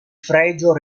fregio